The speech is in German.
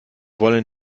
wollen